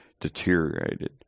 deteriorated